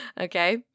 okay